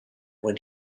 when